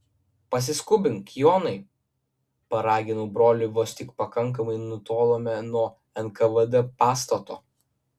pasiskubink jonai paraginau brolį vos tik pakankamai nutolome nuo nkvd pastato